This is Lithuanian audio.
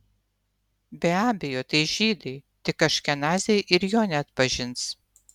be abejo tai žydai tik aškenaziai ir jo neatpažins